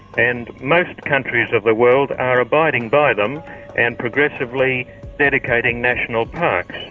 and most countries of the world are abiding by them and progressively dedicating national parks.